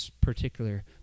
particular